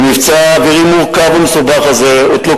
במבצע האווירי המורכב והמסובך הזה הוטלו